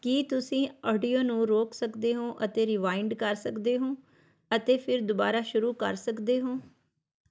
ਕੀ ਤੁਸੀਂ ਆਡੀਓ ਨੂੰ ਰੋਕ ਸਕਦੇ ਹੋ ਅਤੇ ਰੀਵਾਈਂਡ ਕਰ ਸਕਦੇ ਹੋ ਅਤੇ ਫਿਰ ਦੁਬਾਰਾ ਸ਼ੁਰੂ ਕਰ ਸਕਦੇ ਹੋ